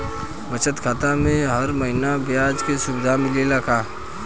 बचत खाता में हर महिना ब्याज के सुविधा मिलेला का?